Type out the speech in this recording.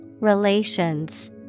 Relations